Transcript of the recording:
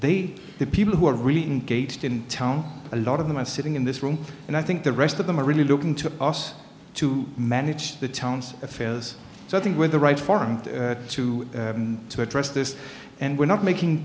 they the people who are really engaged in town a lot of them are sitting in this room and i think the rest of them are really looking to us to manage the town's affairs so i think with the right forum to to address this and we're not making